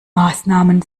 maßnahmen